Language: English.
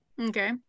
Okay